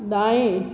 दाएँ